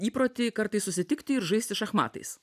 įprotį kartais susitikti ir žaisti šachmatais